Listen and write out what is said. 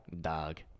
Dog